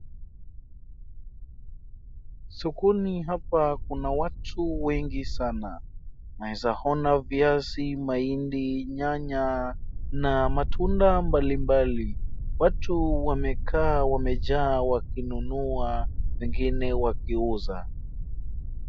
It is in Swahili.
Sokoni hapa kuna watu wengi sana, naweza ona viazi, mahindi, nyanya na matunda mbalimbali. Watu wamekaa wamejaa wakinunua, wengine wakiuza.